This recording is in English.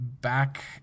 back